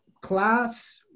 class